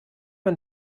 man